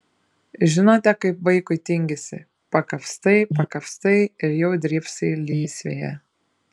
žinote kaip vaikui tingisi pakapstai pakapstai ir jau drybsai lysvėje